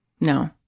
no